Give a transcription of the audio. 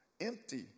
empty